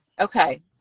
Okay